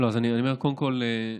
קודם כול,